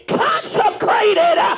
consecrated